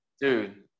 dude